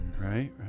right